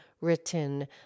written